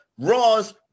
Raw's